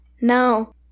No